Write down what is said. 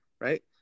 right